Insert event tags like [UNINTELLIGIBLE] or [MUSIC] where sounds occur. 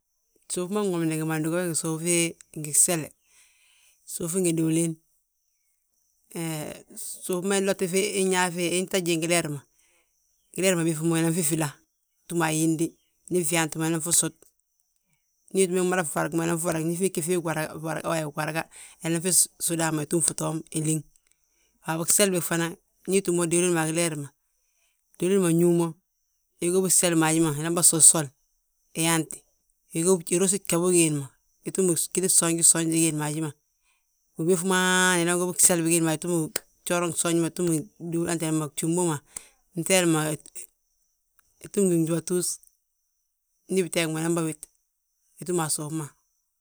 Suuf ma nwomni gimanda go fe gí suufi ngi gsele, suufi ngi diwiliin. Suuf ma [HESITATION] inyaafi intita jiiŋ gileer ma, leer ma ɓéŧ mo unanfi fila, ntúm a yinde, ndi fyaanti mo inan fi sud. Ndi ugí mo mmada faragna inanfi farag, ndi fii ggí fii waraga, unan fi sud hamma ntúm fi toom. [UNINTELLIGIBLE] Waabo gsele bég fana, ndi itúm mo diliin ma a gileer ma, diliin ma nñúu mo. Igóbi bseli ma haji ma, inan bà sosol, uyaanti, urosi gjabu giindi ma. Utúm gwili gsoonj gsoonji giindi ma haji ma. Wi ɓéŧ mo [UNINTELLIGIBLE] unan góbi gseli bigiindi ma haj, utúmi gjooran gsoonj ma, utúmi wentele ma gjimbo ma, nŧeel ma, utúm gi gdúbatus, ndi biteeg mo unan bà wit, utúm a suuf ma;